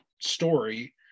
story